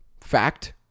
fact